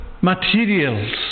materials